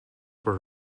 for